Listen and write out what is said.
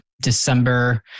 December